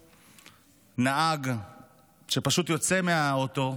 ראינו נהג שיוצא מהאוטו,